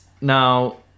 Now